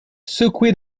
secoué